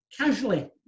casually